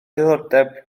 diddordeb